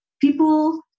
People